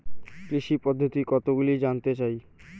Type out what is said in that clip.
কৃষি পদ্ধতি কতগুলি জানতে চাই?